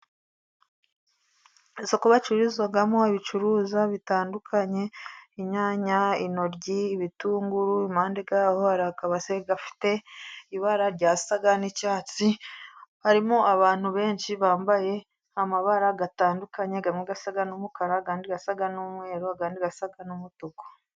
Agasoko bacururizamo ibicuruza bitandukanye: inyanya, intoryi, ibitunguru, mbega hari akabase gafite ibara risa n'icyatsi. Harimo abantu benshi bambaye amabara atandukanye asa n'umukara andi asa n'umweru andi asa n'umutuku.